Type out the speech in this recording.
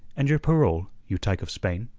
and your parole, you tyke of spain?